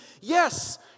yes